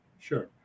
Sure